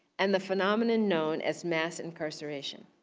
and the phenomenon known as mass incarceration.